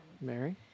Mary